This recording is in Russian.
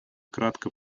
кратко